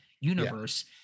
universe